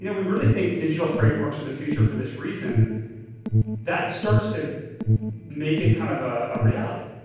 you know we really think digital freight and marks of the future for this reason a that starts to make it kind of ah a reality.